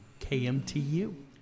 KMTU